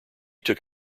took